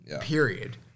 Period